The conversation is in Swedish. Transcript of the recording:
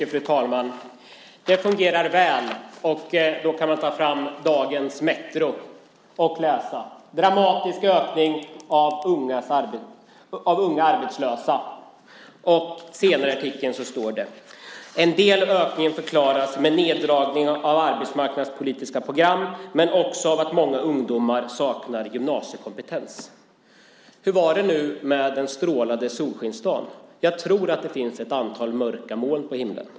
Fru talman! Det fungerar väl. Man kan ta fram dagens Metro och läsa: Dramatisk ökning av unga arbetslösa. Senare i artikeln står det: En del av ökningen förklaras med neddragning av arbetsmarknadspolitiska program men också av att många ungdomar saknar gymnasiekompetens. Hur var det nu med den strålande solskensdagen? Jag tror att det finns ett antal mörka moln på himlen.